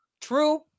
True